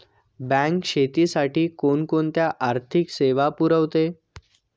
Bank शेतीसाठी कोणकोणत्या आर्थिक सेवा पुरवते?